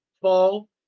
fall